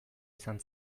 izan